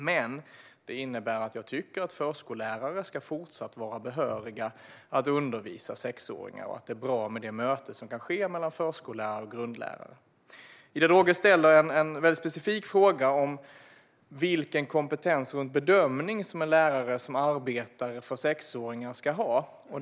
Men det innebär att jag tycker att förskollärare fortsatt ska vara behöriga att undervisa sexåringar och att det möte som kan ske mellan förskollärare och grundlärare är bra. Ida Drougge ställer en specifik fråga om vilken kompetens i fråga om bedömning en lärare som arbetar med sexåringar ska ha.